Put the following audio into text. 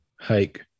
hike